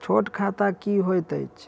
छोट खाता की होइत अछि